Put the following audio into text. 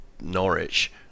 Norwich